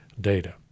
data